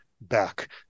back